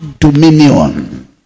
dominion